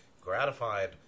gratified